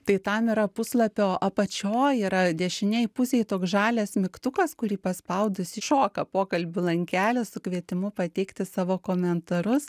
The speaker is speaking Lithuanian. tai tam yra puslapio apačioj yra dešinėj pusėj toks žalias mygtukas kurį paspaudus iššoka pokalbių langelis su kvietimu pateikti savo komentarus